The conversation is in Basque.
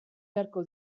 beharko